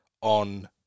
on